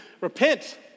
repent